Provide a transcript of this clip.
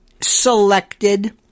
selected